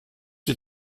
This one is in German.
die